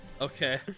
Okay